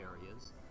areas